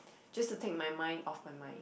just to take my mind off my mind